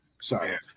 Sorry